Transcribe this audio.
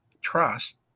trust